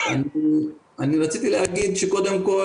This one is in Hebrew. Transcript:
אני רציתי להגיד שקודם כל,